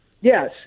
Yes